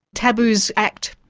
taboos act,